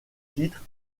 titres